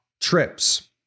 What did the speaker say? trips